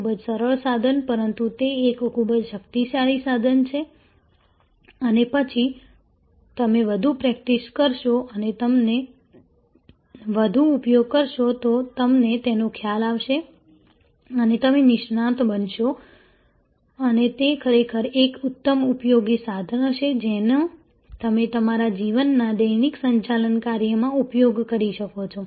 ખૂબ જ સરળ સાધન પરંતુ તે એક ખૂબ જ શક્તિશાળી સાધન છે અને પછી તમે વધુ પ્રેક્ટિસ કરશો અને તમે વધુ ઉપયોગ કરશો તો તમને તેનો ખ્યાલ આવશે અને તમે નિષ્ણાત બનશો અને તે ખરેખર એક ઉત્તમ ઉપયોગી સાધન હશે જેનો તમે તમારા જીવનના દૈનિક સંચાલન કાર્યમાં ઉપયોગ કરી શકો છો